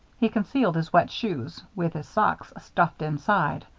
he concealed his wet shoes, with his socks stuffed inside,